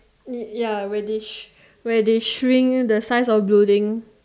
ya where they she where they shrink the size of building